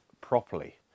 properly